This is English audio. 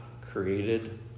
created